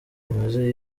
bimeze